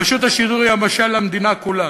רשות השידור היא המשל למדינה כולה.